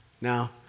Now